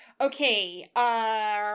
Okay